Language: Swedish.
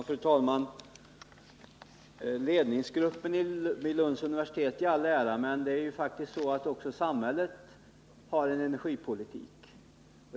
Fru talman! Ledningsgruppen vid universitetet i all ära, men samhället har ju faktiskt att föra en energipolitik.